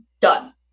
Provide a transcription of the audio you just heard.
done